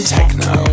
Techno